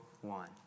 one